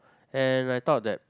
and I thought that